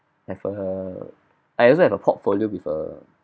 have a I also have a portfolio with a